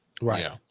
Right